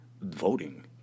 voting